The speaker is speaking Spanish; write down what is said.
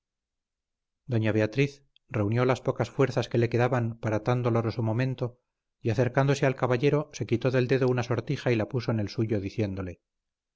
doña beatriz reunió las pocas fuerzas que le quedaban para tan doloroso momento y acercándose al caballero se quitó del dedo una sortija y la puso en el suyo diciéndole